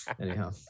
anyhow